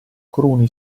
cruni